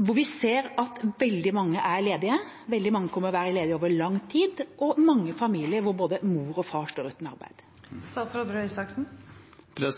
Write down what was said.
hvor vi ser at veldig mange er ledige, veldig mange kommer til å være ledige over lang tid, og at både mor og far står uten arbeid i mange familier? Det